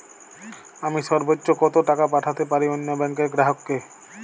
আমি সর্বোচ্চ কতো টাকা পাঠাতে পারি অন্য ব্যাংকের গ্রাহক কে?